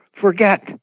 forget